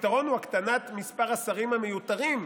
הפתרון הוא הקטנת מספר השרים המיותרים,